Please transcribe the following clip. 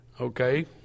okay